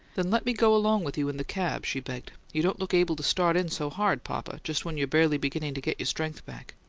then let me go along with you in the cab, she begged. you don't look able to start in so hard, papa, just when you're barely beginning to get your strength back.